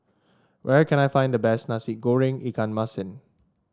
where can I find the best Nasi Goreng Ikan Masin